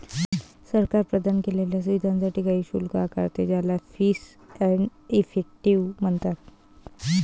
सरकार प्रदान केलेल्या सुविधांसाठी काही शुल्क आकारते, ज्याला फीस एंड इफेक्टिव म्हणतात